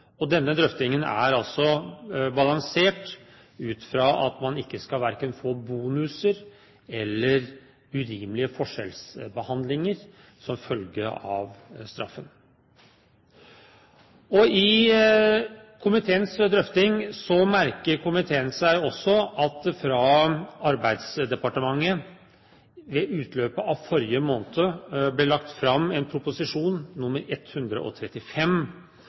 selv. Denne drøftingen er balansert ut fra at man verken skal få bonuser eller urimelig forskjellsbehandling som følge av straffen. I komiteens drøfting merker komiteen seg også at det fra Arbeidsdepartementet ved utløpet av forrige måned ble lagt fram en proposisjon, Prop. 135